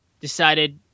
decided